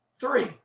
three